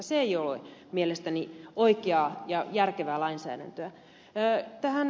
se ei ole mielestäni oikeaa ja järkevää lainsäädäntöä